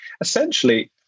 essentially